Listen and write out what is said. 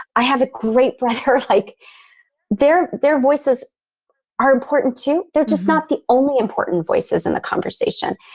i have a great brother. like their, their voices are important, too. they're just not the only important voices in the conversation.